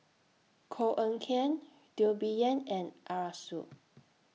Koh Eng Kian Teo Bee Yen and Arasu